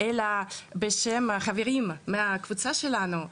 אלא בשם החברים מהקבוצה שלנו,